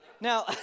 Now